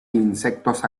insectos